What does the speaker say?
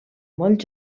molt